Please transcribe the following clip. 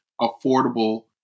affordable